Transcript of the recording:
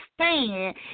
stand